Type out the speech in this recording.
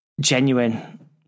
genuine